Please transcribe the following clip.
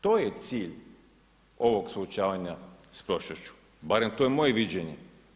To je cilj ovog suočavanja s prošlošću, barem to je moje viđenje.